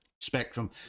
spectrum